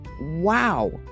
wow